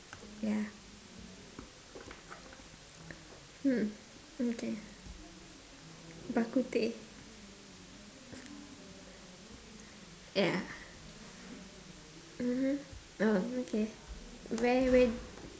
ya hmm okay bak-kut-teh ya mmhmm um okay where where